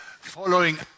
following